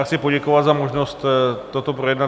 Chci poděkovat za možnost toto projednat.